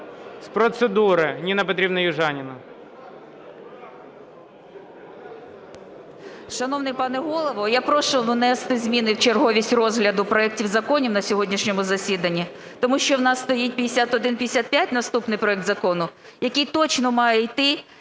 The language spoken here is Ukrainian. З процедури – Ніна Петрівна Южаніна.